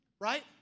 Right